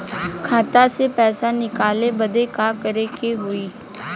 खाता से पैसा निकाले बदे का करे के होई?